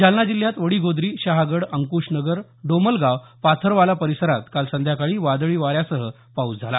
जालना जिल्ह्यात वडीगोद्री शहागड अंकुशनगर डोमलगाव पाथरवाला परिसरात काल संध्याकाळी वादळी वाऱ्यासह पाऊस झाला